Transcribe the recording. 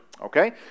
okay